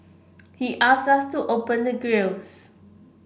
he asked us to open the grilles